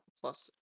plus